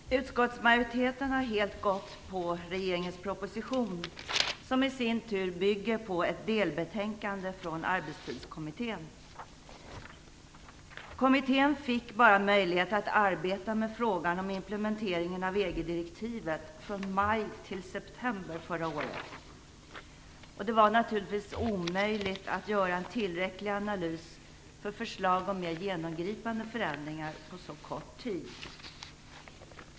Fru talman! Utskottsmajoriteten har helt gått på regeringens proposition, som i sin tur bygger på ett delbetänkande från Arbetstidskommittén. Kommittén fick bara möjlighet att arbeta med frågan om implementeringen av EG-direktivet från maj till september förra året. Det var naturligtvis omöjligt att göra en tillräcklig analys för förslag om mer genomgripande förändringar på så kort tid.